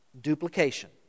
duplication